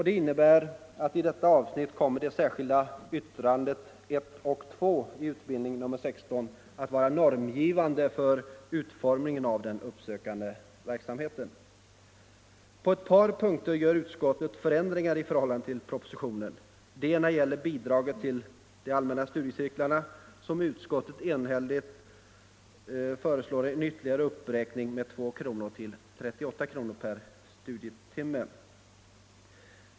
Det innebär att de särskilda yttrandena 1 och 2 i utbildningsutskottets betänkande nr 16 kommer att bli normgivande för utformningen av den uppsökande verksamheten. På ett par punkter gör utskottet förändringar i förhållande till propositionens förslag. Den ena gäller bidragen till de allmänna studiecirklarna, där utskottet enhälligt föreslår en ytterligare uppräkning med 2 kr. till 38 kr. per studietimme.